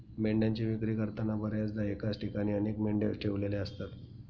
मेंढ्यांची विक्री करताना बर्याचदा एकाच ठिकाणी अनेक मेंढ्या ठेवलेल्या असतात